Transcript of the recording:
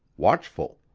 watchful.